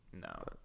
No